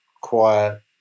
quiet